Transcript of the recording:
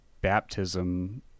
baptism